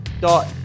dot